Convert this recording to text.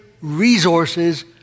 resources